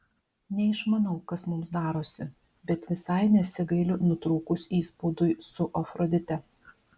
neišmanau kas mums darosi bet visai nesigailiu nutrūkus įspaudui su afrodite